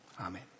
Amen